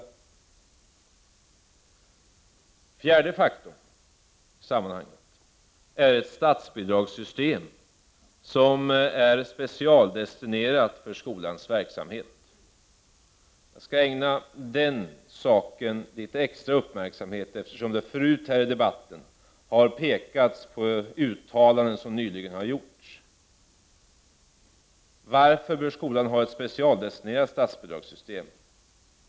Den fjärde faktorn i sammanhanget är ett statsbidragssystem som är specialdestinerat för skolans verksamhet. Jag skall ägna den saken litet extra uppmärksamhet, eftersom det tidigare här i debatten har pekats på uttalanden som nyligen har gjorts. Varför bör skolan ha ett specialdestinerat statsbidragssystem?